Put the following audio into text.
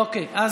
אוקיי,